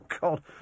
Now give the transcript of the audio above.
God